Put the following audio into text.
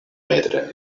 emetre